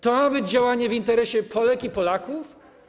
To ma być działanie w interesie Polek i Polaków?